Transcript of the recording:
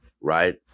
right